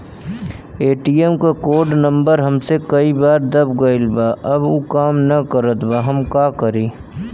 ATM क code number हमसे कई बार दब गईल बा अब उ काम ना करत बा हम का करी?